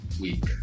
week